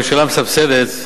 הממשלה מסבסדת,